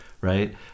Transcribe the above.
right